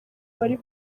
bari